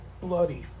bloody